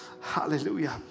Hallelujah